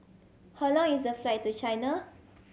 how long is a flight to China